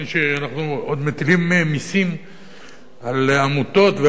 שאנחנו עוד מטילים מסים על עמותות ואגודות